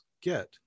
get